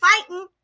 fighting